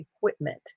equipment